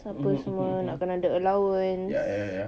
apa semua nak kena ada allowance